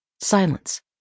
Silence